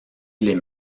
les